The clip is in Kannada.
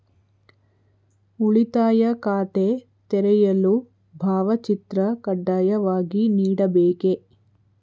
ಉಳಿತಾಯ ಖಾತೆ ತೆರೆಯಲು ಭಾವಚಿತ್ರ ಕಡ್ಡಾಯವಾಗಿ ನೀಡಬೇಕೇ?